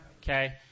Okay